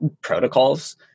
protocols